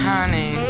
Honey